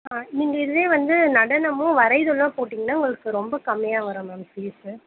ஆ நீங்கள் இதுலேயே வந்து நடனமும் வரைதலும் போட்டிங்கன்னால் உங்களுக்கு ரொம்ப கம்மியாக வரும் மேம் ஃபீஸு